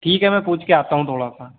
ठीक है मैं पूछ के आता हूँ थोड़ा सा